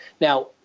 Now